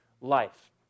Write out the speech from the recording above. life